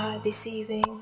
deceiving